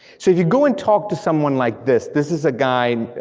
so if you go and talk to someone like this, this is a guy,